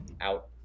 out